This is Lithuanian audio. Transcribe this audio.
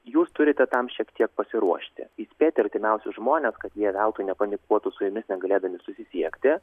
jūs turite tam šiek tiek pasiruošti įspėti artimiausius žmones kad jie veltui nepanikuotų su jumis negalėdami susisiekti